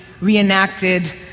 reenacted